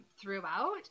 throughout